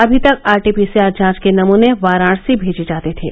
अभी तक आरटीपीसीआर जांच के नमूने वाराणसी भेजे जाते थे